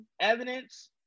evidence